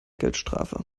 geldstrafe